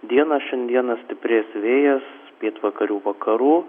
dieną šiandieną stiprės vėjas pietvakarių vakarų